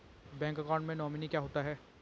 Bank account में nominee क्या होता है?